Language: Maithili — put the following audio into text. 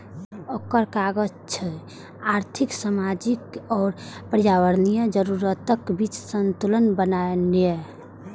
ओकर काज छै आर्थिक, सामाजिक आ पर्यावरणीय जरूरतक बीच संतुलन बनेनाय